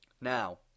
Now